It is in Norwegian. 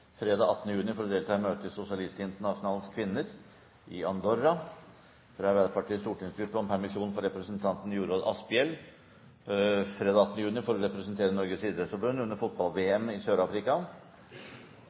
fredag 18. juni for å delta i møte i Sosialistinternasjonalens kvinner i Andorra fra Arbeiderpartiets stortingsgruppe om permisjon for representanten Jorodd Asphjell fredag 18. juni for å representere Norges idrettsforbund under